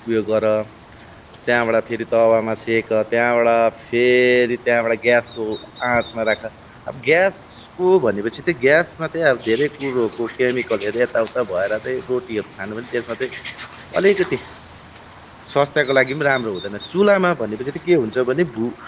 उयो गर त्यहाँबाट फेरि तवामा सेक त्याँबाट फेरि त्यहाँबाट ग्यासको आँचमा राख अब ग्यासको भने पछि त ग्यासमा त अब धेरै कुरोको क्यामिकलहरू यता उता भएर चाहिँ रोटीहरू खानु पनि त्यसमा तै अलिकति स्वास्थ्यको लागि पनि राम्रो हुँदैन चुल्हामा भनेपछि तै के हुन्छ भने भु